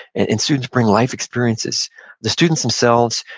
and and students bring life experiences the students themselves,